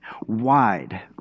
wide